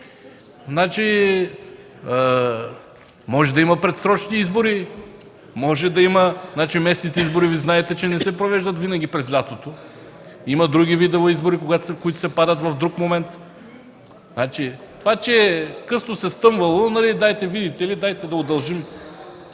Може да има предсрочни избори. Знаете, че местните избори не се провеждат винаги през лятото. Има други видове избори, които се падат в друг момент. Това, че късно се стъмвало – и дайте да удължим